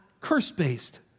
curse-based